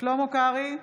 שלמה קרעי,